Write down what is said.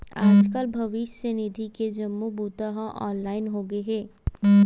आजकाल भविस्य निधि के जम्मो बूता ह ऑनलाईन होगे हे